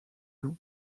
long